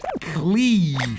cleave